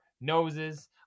noses